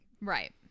Right